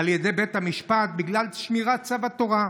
על ידי בית המשפט בגלל שמירת צו התורה.